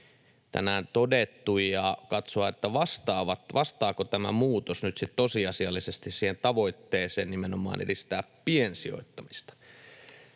tänään todettu, ja katsoa, vastaako tämä muutos nyt sitten tosiasiallisesti siihen tavoitteeseen nimenomaan edistää piensijoittamista.